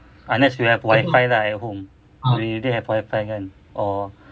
unless you have wifi lah at home you already have wifi kan or